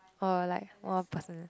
or like more personal